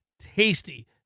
tasty